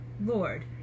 Lord